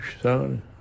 son